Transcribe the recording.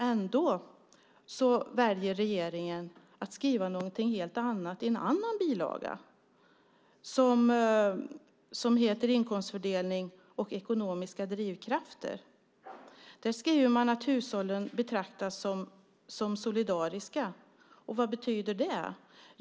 Ändå väljer regeringen att skriva något helt annat i en annan bilaga, som heter Inkomstfördelning och ekonomiska drivkrafter . Där skriver man att hushållen betraktas som solidariska. Vad betyder det?